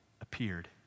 Appeared